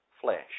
flesh